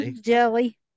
jelly